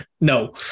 No